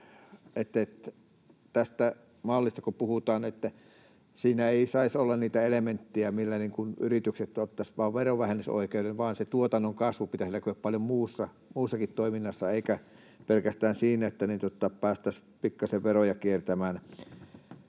tästä mallista puhutaan, että siinä ei saisi olla niitä elementtejä, millä yritykset ottaisivat vain verovähennysoikeuden, vaan sen tuotannon kasvun pitäisi näkyä paljon muussakin toiminnassa kuin pelkästään siinä, että päästään pikkasen veroja kiertämään.